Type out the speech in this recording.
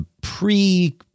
pre